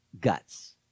guts